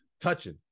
touching